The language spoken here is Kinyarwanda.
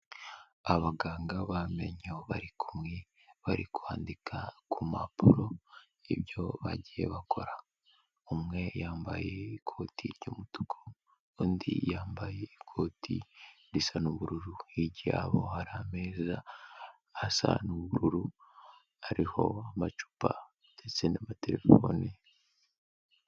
Abaganga b'amenyo bari kumwe, bari kwandika ku mpapuro ibyo bagiye bakora. Umwe yambaye ikoti ry'umutuku, undi yambaye ikoti risa n'ubururu. Hirya yabo hari ameza asa n'ubururu, ariho amacupa ndetse n'amaterefone.